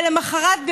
ולמוחרת,